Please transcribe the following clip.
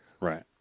right